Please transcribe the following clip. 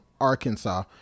Arkansas